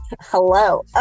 hello